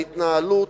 להתנהלות.